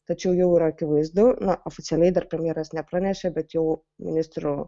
tačiau jau yra akivaizdu na oficialiai dar premjeras nepranešė bet jau ministrų